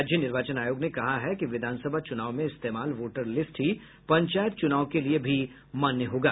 राज्य निर्वाचन आयोग ने कहा है कि विधानसभा चुनाव में इस्तेमाल वोटर लिस्ट ही पंचायत चुनाव के लिये भी मान्य होगा